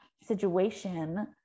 situation